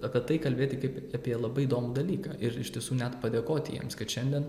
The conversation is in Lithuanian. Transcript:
apie tai kalbėti kaip apie labai įdomų dalyką ir iš tiesų net padėkoti jiems kad šiandien